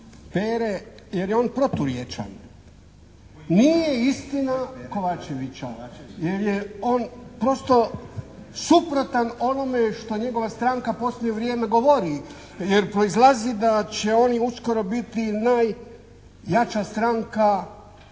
jer je on proturječan, Kovačevića. Nije istina jer je on prosto suprotan onome što njegova stranka u posljednje vrijeme govori jer proizlazi da će oni uskoro biti najjača stranka u Hrvata.